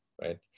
right